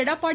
Edappadi